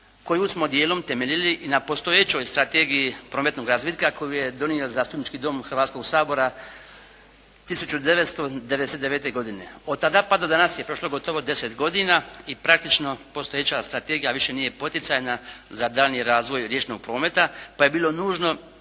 koju smo dijelom temeljili i na postojećoj strategiji prometnog razvitka koju je donio zastupnički dom Hrvatskoga sabora 1999. godine. Od tada pa do danas je prošlo gotovo 10 godina i praktično postojeća strategija više nije poticajna za daljnji razvoj riječnog prometa pa je bilo nužno